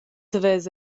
savess